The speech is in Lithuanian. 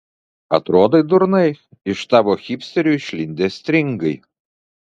atrodai durnai iš tavo hipsterių išlindę stringai